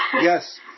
Yes